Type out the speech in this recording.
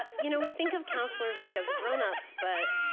ah you know, we think of counselors, like, as grown-ups. but,